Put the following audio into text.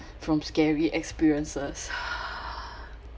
from scary experiences